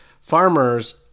farmers